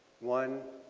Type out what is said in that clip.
one,